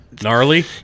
gnarly